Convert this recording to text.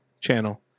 channel